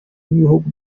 b’ibihugu